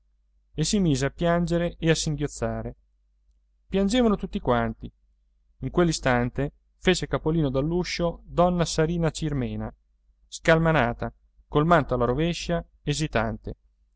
e si mise a piangere e a singhiozzare piangevano tutti quanti in quell'istante fece capolino dall'uscio donna sarina cirmena scalmanata col manto alla rovescia esitante